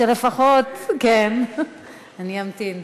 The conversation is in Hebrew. אני אמתין.